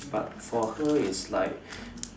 but for her it's like